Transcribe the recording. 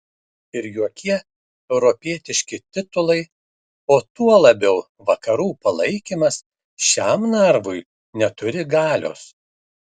ir jokie europietiški titulai o tuo labiau vakarų palaikymas šiam narvui neturi galios